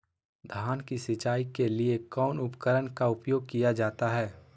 धान की सिंचाई के लिए कौन उपकरण का उपयोग किया जाता है?